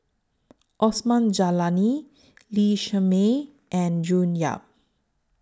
Osman Zailani Lee Shermay and June Yap